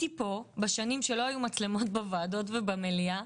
פה בשנים שלא היו מצלמות בוועדות ובמליאה.